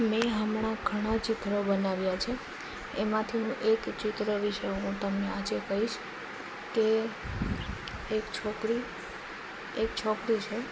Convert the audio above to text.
મેં હમણાં ઘણાં ચિત્રો બનાવ્યાં છે એમાંથી એક ચિત્ર વિશે હું તમને આજે કહીશ તે એક છોકરી એક છોકરી છે